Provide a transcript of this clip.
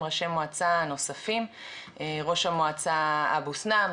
ראשי מועצה נוספים - ראש המועצה אבו סנאן,